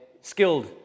skilled